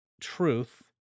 truth